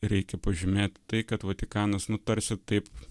reikia pažymėti tai kad vatikanas nu tarsi taip